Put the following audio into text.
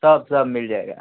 सब सब मिल जाएगा